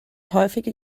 häufige